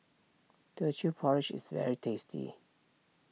Teochew Porridge is very tasty